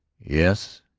yes,